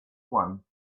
one